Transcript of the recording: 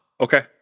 Okay